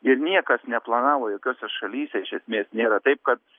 ir niekas neplanavo jokiose šalyse iš esmės nėra taip kad